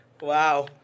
Wow